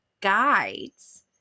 guides